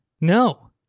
No